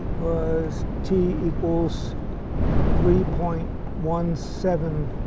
was t equals ah three point one seven